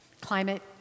climate